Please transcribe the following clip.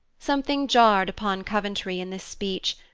something jarred upon coventry in this speech,